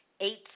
eight